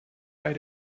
bei